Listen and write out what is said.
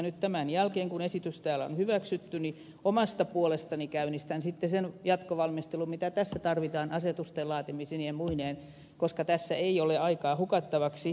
nyt tämän jälkeen kun esitys täällä on hyväksytty omasta puolestani käynnistän sitten sen jatkovalmistelun mitä tässä tarvitaan asetusten laatimisineen ja muineen koska tässä ei ole aikaa hukattavaksi